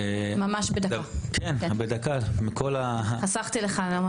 ממש בדקה, חסכתי לך.